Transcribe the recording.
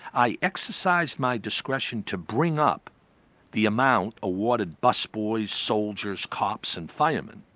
i exercised my discretion to bring up the amount awarded bus boys, soldiers, cops and firemen,